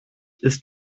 ist